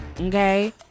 okay